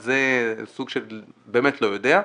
וזה סוג של, באמת לא יודע,